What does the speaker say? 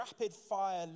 rapid-fire